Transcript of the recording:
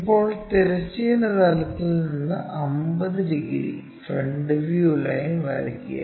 ഇപ്പോൾ തിരശ്ചീന തലത്തിൽ നിന്ന് 50 ഡിഗ്രി ഫ്രണ്ട് വ്യൂ ലൈൻ വരയ്ക്കുക